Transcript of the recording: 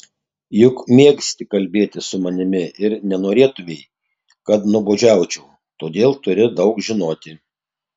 juk mėgsti kalbėti su manimi ir nenorėtumei kad nuobodžiaučiau todėl turi daug žinoti